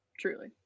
Truly